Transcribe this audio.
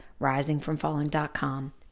risingfromfalling.com